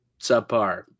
subpar